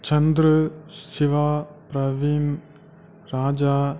Chandru Siva Praveen Raja